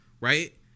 right